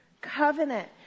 covenant